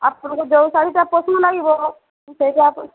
ଆପଣଙ୍କ ଯେଉଁ ଶାଢ଼ୀଟା ପସନ୍ଦ ଲାଗିବ ସେଇଟା